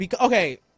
Okay